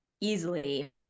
easily